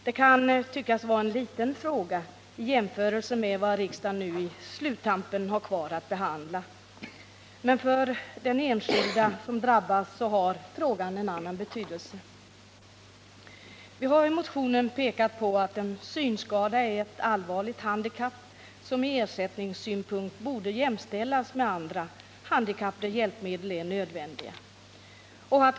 Detta kan tyckas vara en liten fråga i jämförelse med vad riksdagen nu på sluttampen har kvar att behandla — men för de enskilda drabbade har frågan en annan betydelse. Vi har i motionen pekat på att en synskada är ett allvarligt handikapp, som ur ersättningssynpunkt borde jämställas med andra handikapp där hjälpmedel är nödvändiga.